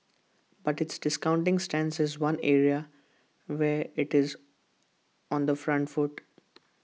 but its discounting stance is one area where IT is on the front foot